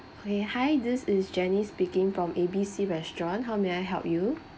okay hi this is janice speaking from A B C restaurant how may I help you